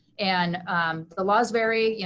and the laws vary, you know